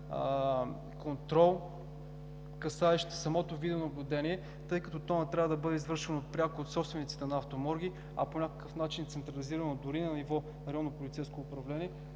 контрол, касаещ самото видеонаблюдение, тъй като то не трябва да бъде извършвано пряко от собствениците на автоморги, а по някакъв начин централизирано, дори на ниво районно полицейско управление,